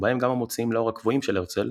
ובהם גם המוציאים לאור הקבועים של הרצל,